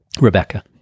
Rebecca